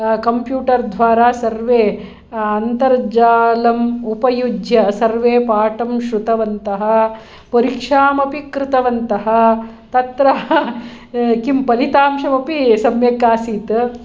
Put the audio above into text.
computer द्वारा सर्वे अन्तर्जालम् उपयुज्य सर्वे पाठं श्रुतवन्तः परीक्षामपि कृतवन्तः तत्र किं फलितांशमपि सम्यक् आसीत्